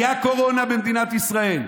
הייתה קורונה במדינת ישראל,